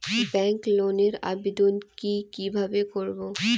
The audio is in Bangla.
ব্যাংক লোনের আবেদন কি কিভাবে করব?